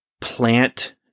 plant